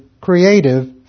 creative